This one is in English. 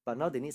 mm